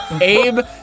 Abe